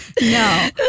No